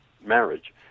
marriage